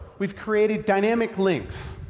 we've created dynamic links.